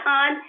on